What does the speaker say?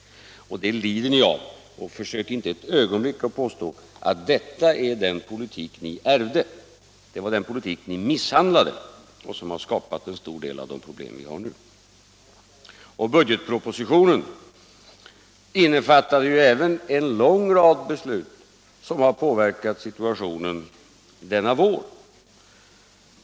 Det lider ni av — och försök inte för ett ögonblick påstå att detta är den politik ni ärvde! Det är den politik ni misshandlat, och det har skapat en stor del av de problem vi nu har. Budgetpropositionen innefattade ju även en lång rad beslut som har påverkat situationen denna vår.